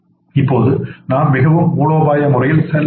இப்போது நாம் மிகவும் மூலோபாய முறையில் செல்ல வேண்டும்